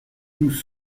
nous